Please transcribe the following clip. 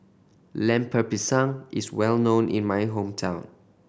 Lemper Pisang is well known in my hometown